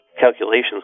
calculations